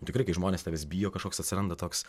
tikrai kai žmonės tavęs bijo kažkoks atsiranda toks